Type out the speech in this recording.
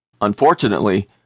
Unfortunately